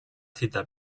cita